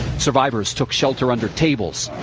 survivors took shelter under tables.